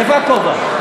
איפה הכובע?